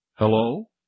Hello